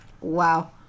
wow